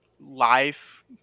life